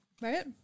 Right